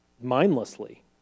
mindlessly